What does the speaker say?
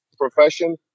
profession